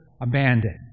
abandoned